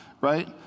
right